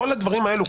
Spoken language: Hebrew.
כל הדברים האלה,